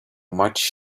much